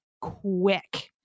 quick